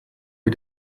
wie